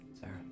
Sarah